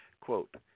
quote